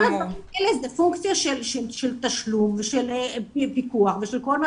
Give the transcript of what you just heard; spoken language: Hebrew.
כל הדברים האלה זה פונקציה של תשלום ופיקוח וכל מה